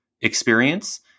experience